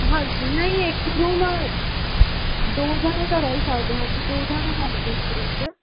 ਹਾਂ ਨਹੀਂ ਇੱਕ ਰੂਮ ਦੋ ਜਣੇ ਤਾਂ ਰਹਿ ਹੀ ਸਕਦੇ ਹਾਂਜੀ ਦੋ ਜਾਣੇ ਹੋਣਗੇ ਇੱਕ ਰੂਮ 'ਚ